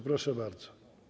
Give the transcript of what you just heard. Proszę bardzo.